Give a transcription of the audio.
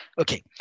Okay